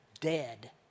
dead